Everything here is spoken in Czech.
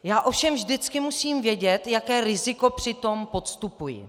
Já ovšem vždycky musím vědět, jaké riziko přitom podstupuji.